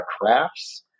crafts